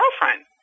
girlfriend